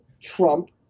Trump